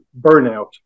burnout